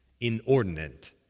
inordinate